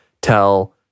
tell